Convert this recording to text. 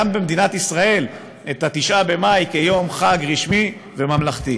במדינת ישראל את 9 במאי כיום חג רשמי וממלכתי.